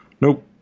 Nope